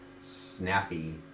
snappy